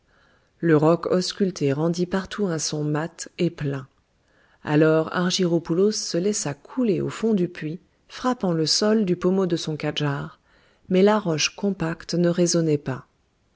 le roc ausculté rendit partout un son mat et plein alors argyropoulos se laissa couler au fond du puits frappant le sol du pommeau de son kandjar mais la roche compacte ne résonnait pas